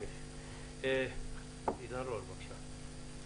עידן רול, בבקשה.